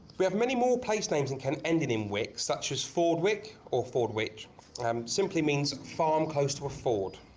we have many more place names and can ended in wic such as fordwic or fordwich and um simply means farm close to a ford,